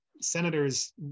Senators